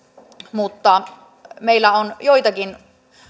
mutta meillä on joitakin